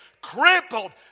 crippled